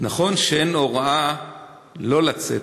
נכון שאין הוראה שלא לצאת,